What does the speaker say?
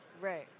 Right